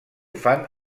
fan